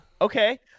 Okay